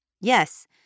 Yes